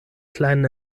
kleinen